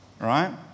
Right